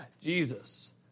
Jesus